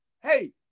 Hey